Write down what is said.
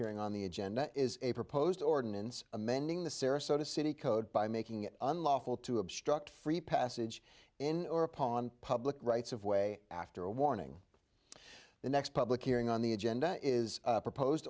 hearing on the agenda is a proposed ordinance amending the sarasota city code by making it unlawful to obstruct free passage in or upon public rights of way after a warning the next public hearing on the agenda is proposed